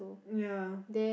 ya